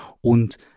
und